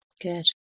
good